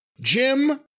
Jim